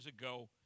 ago